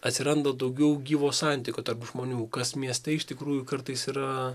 atsiranda daugiau gyvo santykio tarp žmonių kas mieste iš tikrųjų kartais yra